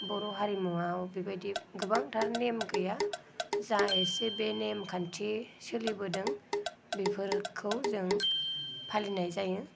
बर' हारिमुआव बेबायदि गोबांथार नेम गैया जा एसे बे नेमखान्थि सोलिबोदों बेफोरखौ जों फालिनाय जायो